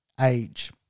age